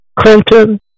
Clinton